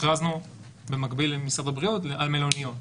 בגלל שהכרזנו במקביל למשרד הבריאות על מלוניות.